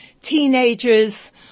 teenagers